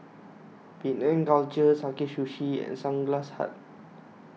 Penang Culture Sakae Sushi and Sunglass Hut